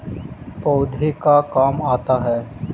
पौधे का काम आता है?